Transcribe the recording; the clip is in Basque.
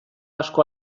asko